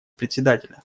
председателя